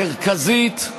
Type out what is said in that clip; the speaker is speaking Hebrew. מרכזית,